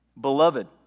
Beloved